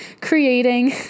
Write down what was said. creating